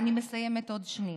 אני מסיימת עוד שנייה.